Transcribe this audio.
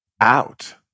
out